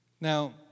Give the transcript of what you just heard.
Now